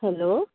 hello